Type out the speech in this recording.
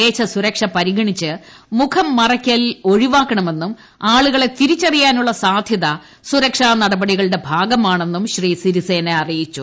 ദേശസുരക്ഷ പരിഗണിച്ച് മുഖം മറയ്ക്കൽ ഒഴിവാക്കണമെന്നും ആളുകളെ തിരിച്ചറിയാനുള്ള സാധ്യത സുരക്ഷാനടപടികളുടെ ഭാഗമാണെന്നും സിരിസേന അറിയിച്ചു